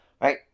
right